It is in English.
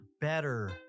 better